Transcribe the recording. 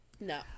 No